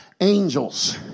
angels